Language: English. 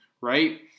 right